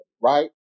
right